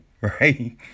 right